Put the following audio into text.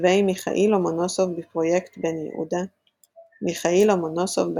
כתבי מיכאיל לומונוסוב בפרויקט בן-יהודה מיכאיל לומונוסוב,